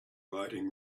lighting